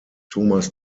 thomas